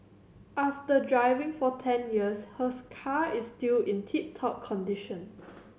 after driving for ten years her car is still in tip top condition